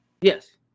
Yes